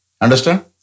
Understand